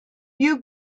you